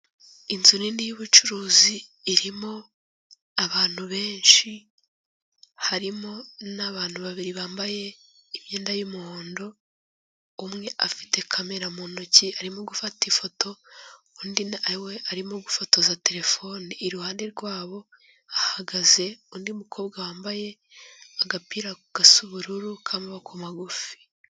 Inzu nini y’ubucuruzi irimo abantu benshi, harimo n’abantu babiri bambaye imyenda y'umuhondo, umwe afite kamera mu ntoki arimo gufata ifoto undi nawe arimo gufotoza terefone, iruhande rwabo hahagaze undi mukobwa wambaye agapira gasa ubururu k'amaboko magufi.